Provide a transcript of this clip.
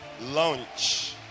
launch